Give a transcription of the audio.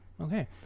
Okay